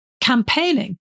campaigning